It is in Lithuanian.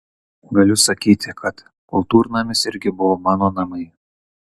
galiu sakyti kad kultūrnamis irgi buvo mano namai